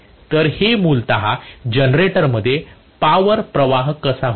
तर हे मूलत जनरेटरमध्ये पावर प्रवाह कसा होते